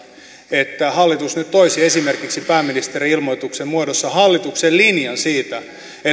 että hallitus nyt toisi esimerkiksi pääministerin ilmoituksen muodossa hallituksen linjan siitä